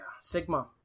Sigma